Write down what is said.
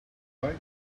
light